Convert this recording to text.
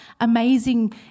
amazing